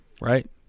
right